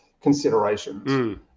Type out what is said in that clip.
considerations